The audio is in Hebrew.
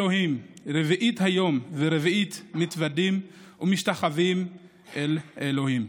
אלהיהם רְבִעִית היום וּרְבִעִית מִתְוַדִּים ומשתחוים לה' אלהיהם".